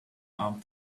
arm